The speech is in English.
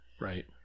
Right